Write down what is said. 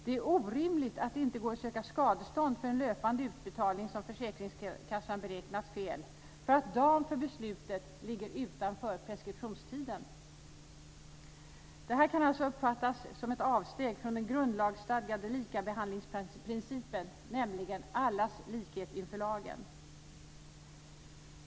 Det är orimligt att det inte går att söka skadestånd för en löpande utbetalning som försäkringskassan beräknat fel, för att dagen för beslutet ligger utanför preskriptionstiden. Det kan alltså uppfattas som ett avsteg från den grundlagsstadgade likabehandlingsprincipen, nämligen allas likhet inför lagen.